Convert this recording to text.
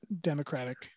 democratic